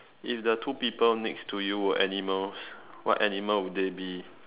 if the two people next to you were animals what animal would they be